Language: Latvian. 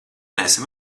neesam